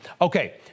Okay